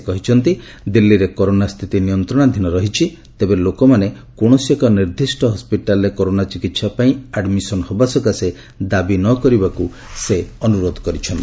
ସେ କହିଛନ୍ତି ଦିଲ୍କୀରେ କରୋନା ସ୍ଥିତି ନିୟନ୍ତଶାଧୀନ ରହିଛି ତେବେ ଲୋକମାନେ କୌଣସି ଏକ ନିର୍ଦ୍ଦିଷ୍ଟ ହସ୍କିଟାଲରେ କରୋନା ଚିକିତ୍ସା ପାଇଁ ଆଡ୍ମିସନ୍ ହେବା ସକାଶେ ଦାବି ନ କରିବାକୁ ସେ ଅନୁରୋଧ କରିଛନ୍ତି